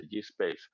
space